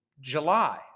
July